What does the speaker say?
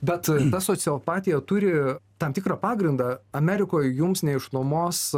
bet ta sociopatija turi tam tikrą pagrindą amerikoj jums neišnuomos